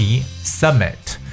S-U-M-M-I-T